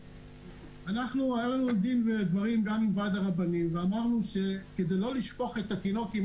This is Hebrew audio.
היה לנו דין ודברים גם עם ועד הרבנים ואמרנו שכדי לא לשפוך את התינוק עם